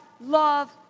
love